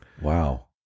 Wow